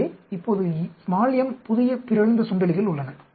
எனவே இப்போது m புதிய பிறழ்ந்த சுண்டெலிகள் உள்ளன